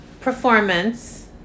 performance